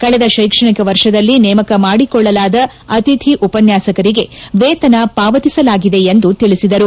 ಕಳೆದ ಶೈಕ್ಷಣಿಕ ವರ್ಷದಲ್ಲಿ ನೇಮಕ ಮಾಡಿಕೊಳ್ಳಲಾದ ಅತಿಥಿ ಉಪನ್ನಾಸಕರಿಗೆ ವೇತನ ಪಾವತಿಸಲಾಗಿದೆ ಎಂದು ತಿಳಿಸಿದರು